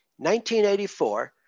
1984